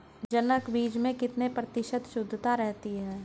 जनक बीज में कितने प्रतिशत शुद्धता रहती है?